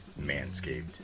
Manscaped